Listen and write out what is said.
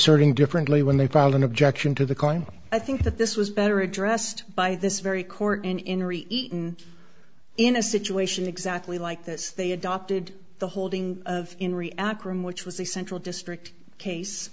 erting differently when they filed an objection to the calling i think that this was better addressed by this very court in in or eaten in a situation exactly like this they adopted the holding of in re akron which was the central district case